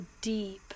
deep